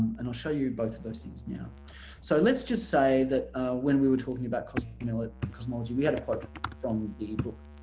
and i'll show you both of those things now so let's just say that when we were talking about you know ah cosmology we had a quote from the book